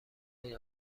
این